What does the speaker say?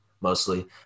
mostly